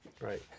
Right